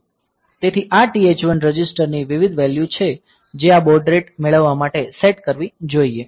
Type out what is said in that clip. તેથી આ TH1 register ની વિવિધ વેલ્યૂ છે જે આ બોડ રેટ મેળવવા માટે સેટ કરવી જોઈએ